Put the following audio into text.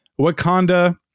Wakanda